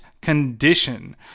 Condition